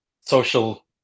social